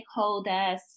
stakeholders